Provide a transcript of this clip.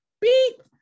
beep